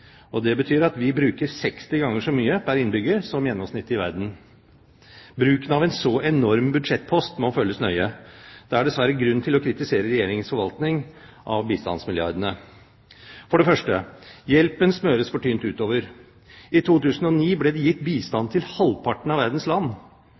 Det betyr at vi bruker 60 ganger så mye pr. innbygger som gjennomsnittet i verden. Bruken av en så enorm budsjettpost må følges nøye. Det er dessverre grunn til å kritisere Regjeringens forvaltning av bistandsmilliardene. For det første: Hjelpen smøres for tynt utover. I 2009 ble det gitt